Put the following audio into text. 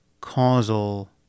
causal